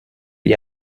gli